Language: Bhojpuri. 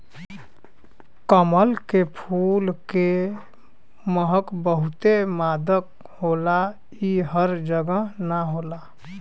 कमल के फूल के महक बहुते मादक होला इ हर जगह ना होला